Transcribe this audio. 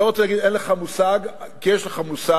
ואני לא רוצה להגיד "אין לך מושג", כי יש לך מושג